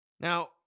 Now